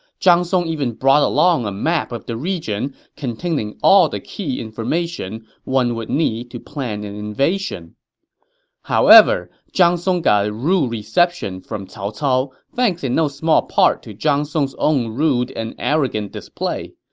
zhang song even brought along a map of the region containing all the key information one would need to plan an invasion however, zhang song got a rude reception from cao cao, thanks in no small part to zhang song's own rude and arrogant display.